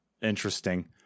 Interesting